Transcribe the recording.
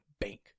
bank